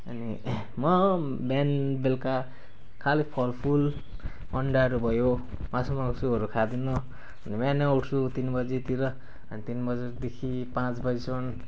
अनि म बिहान बेलुका खाली फलफुल अन्डाहरू भयो मासुमांसहरू खाँदिनँ बिहान उठ्छु तिन बजेतिर तिन बजेदखि पाँच बजेसम्म